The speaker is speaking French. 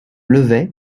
levai